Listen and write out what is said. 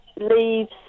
leaves